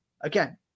Again